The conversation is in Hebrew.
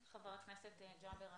חבר הכנסת ג'אבר עסאקלה.